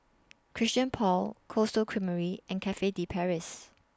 Christian Paul Cold Stone Creamery and Cafe De Paris